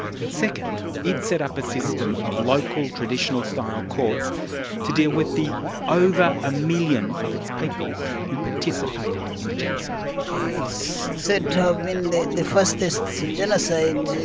and second it set up a system of local traditional style courts to deal with the over a million of its people who participated in the genocide. it's said to have been the the fastest so genocide